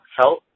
health